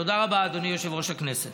תודה רבה, אדוני יושב-ראש הכנסת.